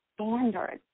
standards